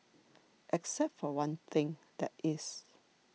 except for one thing that is